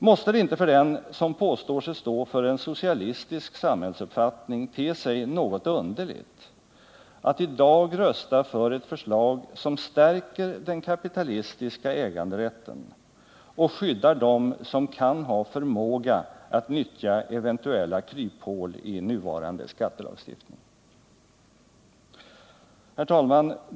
Måste det inte för den som påstår sig stå för en socialistisk samhällsuppfattning te sig något underligt att i dag rösta för ett förslag som stärker den kapitalistiska äganderätten och skyddar dem som kan ha förmåga att nyttja eventuella kryphål i nuvarande skattelagstiftning? Herr talman!